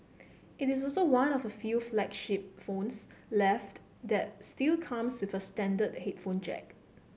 it is also one of the few flagship phones left that still comes with a standard headphone jack